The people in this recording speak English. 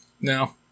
No